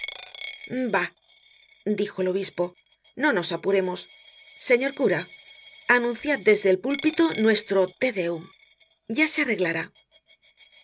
bah dijo el obispo no nos apuremos señor cura anunciad desde el pulpito nuestro te deum ya se arreglará